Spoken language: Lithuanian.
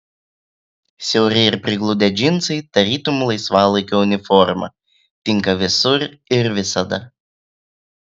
siauri ir prigludę džinsai tarytum laisvalaikio uniforma tinka visur ir visada